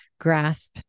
grasp